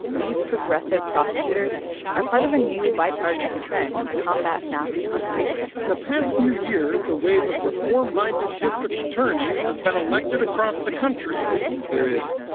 these progressive prosecutors are part of a new bipartisan trend to combat mass incarceration in the past few years, a wave of reform-minded district attorneys has been elected across the country there is,